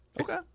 Okay